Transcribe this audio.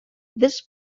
this